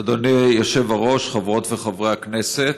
אדוני היושב-ראש, חברות וחברי הכנסת,